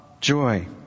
joy